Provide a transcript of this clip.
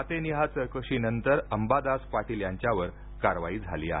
खातेनिहाय चौकशीनंतर अंबादास पाटील यांच्यावर कारवाई झाली आहे